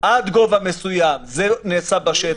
שעד גובה מסוים זה נעשה בשטח,